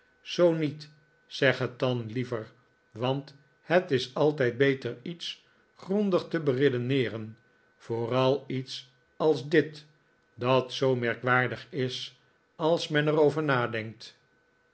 zoo niet zeg het dan liever want het is altijd beter iets grondig te beredeneeren vooral iets als dit dat zoo merkwaardig is als men er over nadenkt